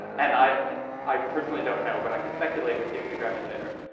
and i i personally don't know, but i could speculate with you if you grab me later.